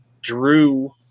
Drew